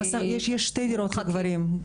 יש שתי דירות לגברים.